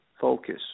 focus